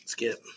Skip